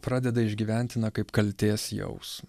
pradeda išgyventi na kaip kaltės jausmą